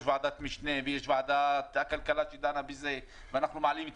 ועדת משנה ויש ועדת הכלכלה שדנה בזה ואנחנו מעלים את